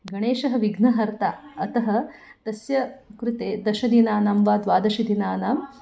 गणेशः विघ्नहर्ता अतः तस्य कृते दशदिनानां वा द्वादशदिनानां